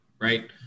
right